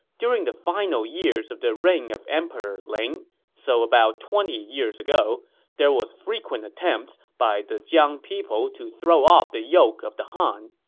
during the final years of the reign of emperor ling so about twenty years ago there were frequent attempts by the jiang people to throw off the yoke of the han,